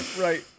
right